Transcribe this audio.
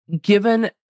Given